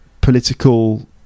political